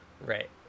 Right